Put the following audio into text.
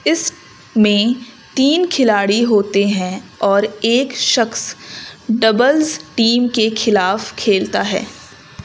اس میں تین کھلاڑی ہوتے ہیں اور ایک شخص ڈبلز ٹیم کے خلاف کھیلتا ہے